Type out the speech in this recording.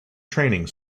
training